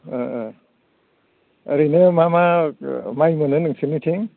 ओरैनो मा मा माइ मोनो नोंसोरनिथिं